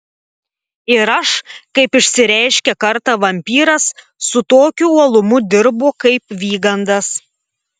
ir aš kaip išsireiškė kartą vampyras su tokiu uolumu dirbu kaip vygandas